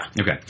Okay